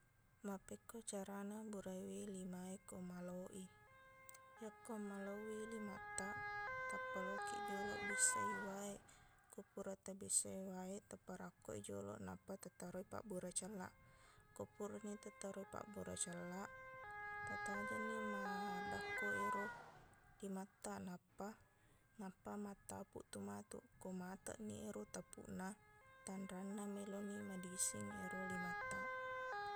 Mappekko carana burai lima e ko malau i yakko malauwi limattaq tappa laokiq joloq bissai wae ko pura tabissai wae taparakkoi joloq nappa tataroi pabbura cellaq ko purani tataroi pabbura cellaq tatajenni maddakko ero limattaq nappa- nappa mattapuqtu matuq ko mateqni ero tapuqna tanranna meloqni madising ero limattaq